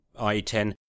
ie10